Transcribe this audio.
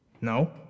No